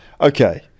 Okay